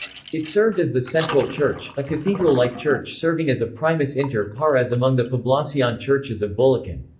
it served as the central church a cathedral-like church serving as a primus inter pares among the poblacion churches of bulakan.